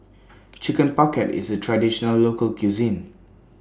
Chicken Pocket IS A Traditional Local Cuisine